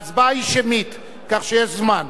ההצבעה היא שמית כך שיש זמן.